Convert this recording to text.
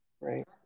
Right